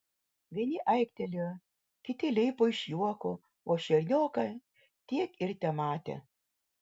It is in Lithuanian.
vieni aiktelėjo kiti leipo iš juoko o šernioką tiek ir tematė